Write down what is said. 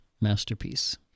masterpiece